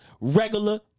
regular